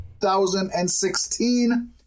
2016